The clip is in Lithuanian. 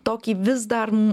tokį vis dar